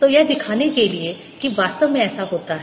तो यह दिखाने के लिए कि ऐसा वास्तव में होता है